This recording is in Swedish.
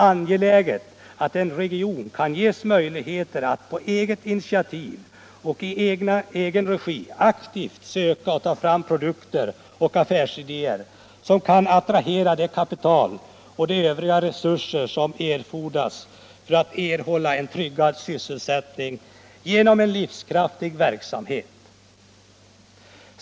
— angeläget att en region kan ges möjligheter att på eget initiativ och i egen regi aktivt söka och ta fram produkter och affärsidéer som kan attrahera det kapital och de övriga resurser som erfordras för att den skall erhålla en tryggad sysselsättning genom en livskraftig verksamhet.